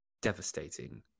devastating